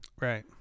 Right